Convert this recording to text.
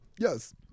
yes